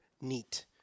Neat